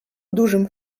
dużym